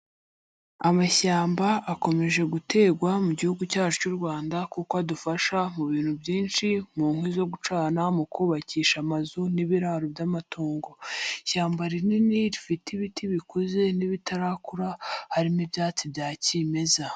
Amashyamba akomeje gutegwa mu gihugu cyacu cy'u Rwanda kuko adufasha mu bintu byinshi, mu nkwi zo gucana, mu kubakisha amazu n'ibiraro by'amatungo. Ishyamba rinini rifite ibiti bikuze n'ibitarakura, harimo ibyatsi bya kimeza.